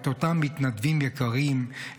את אותם מתנדבים יקרים,